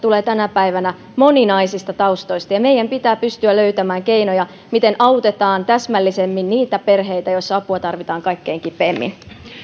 tulevat tänä päivänä moninaisista taustoista ja meidän pitää pystyä löytämään keinoja miten autetaan täsmällisemmin niitä perheitä joissa apua tarvitaan kaikkein kipeimmin